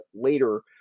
later